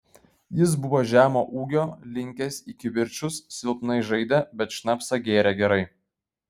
jis buvo žemo ūgio linkęs į kivirčus silpnai žaidė bet šnapsą gėrė gerai